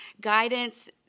guidance